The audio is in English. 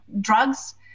drugs